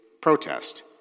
protest